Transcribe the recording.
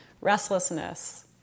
Restlessness